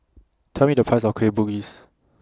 Tell Me The Price of Kueh Bugis